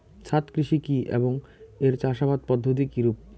ছাদ কৃষি কী এবং এর চাষাবাদ পদ্ধতি কিরূপ?